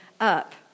up